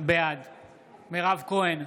בעד מירב כהן,